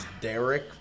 Derek